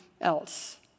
else